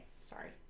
sorry